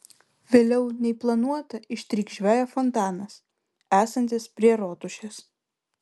vėliau nei planuota ištrykš žvejo fontanas esantis prie rotušės